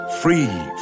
Free